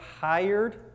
hired